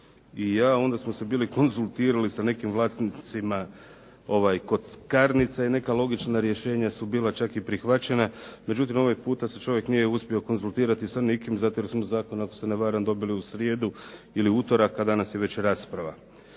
i ja. Onda smo se bili konzultirali sa nekim vlasnicima kockarnice i neka logična rješenja su bila čak i prihvaćena. Međutim ovaj puta se čovjek nije uspio konzultirati sa nikim zato jer smo zakon, ako se ne varam dobili u srijedu ili utorak, a danas je već rasprava.